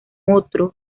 otro